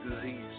disease